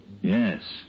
Yes